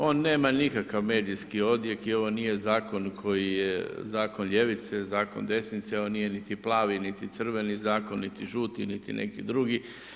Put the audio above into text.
On nema nikakav medijski odjek i ovo nije zakon koji je zakon ljevice, zakon desnice, ovo nije niti plavi, niti crveni zakon, niti žuti, niti neki drugi.